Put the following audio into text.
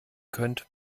könnt